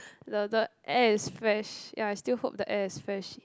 the the air is fresh ya I still hope the air is fresh